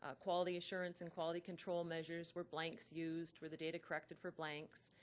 ah quality assurance and quality control measures, were blanks used, were the data corrected for blanks?